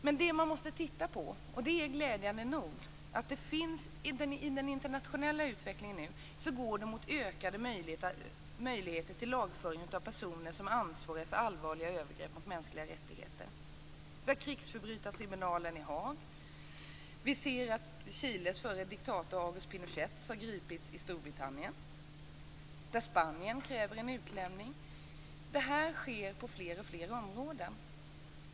Men det man måste titta på, och det är glädjande nog, är att det i den internationella utvecklingen nu går mot ökade möjligheter till lagföring av personer som är ansvariga för allvarliga övergrepp mot mänskliga rättigheter. Vi har krigsförbrytartribunalen i Haag. Vi ser att Chiles förre diktator Augusto Pinochet har gripits i Storbritannien. Där kräver Spanien en utlämning. Det här sker på fler och fler områden.